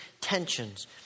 tensions